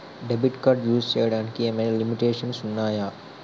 Debit card use చేయడానికి ఏమైనా limitations ఉన్నాయా?